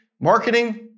Marketing